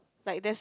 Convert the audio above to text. like there's